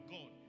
God